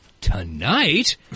Tonight